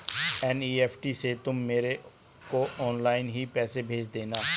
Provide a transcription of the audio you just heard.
NEFT से तुम मेरे को ऑनलाइन ही पैसे भेज देना